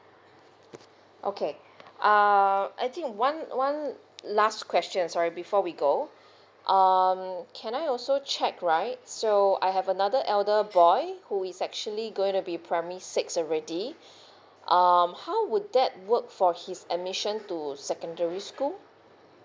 okay uh I think one one last question sorry before we go um can I also check right so I have another elder boy who is actually going to be primary six already um how would that work for his admission to secondary school